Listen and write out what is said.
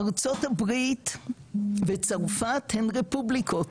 ארה"ב וצרפת הן רפובליקות,